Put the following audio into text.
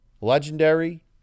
legendary